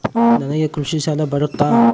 ನನಗೆ ಕೃಷಿ ಸಾಲ ಬರುತ್ತಾ?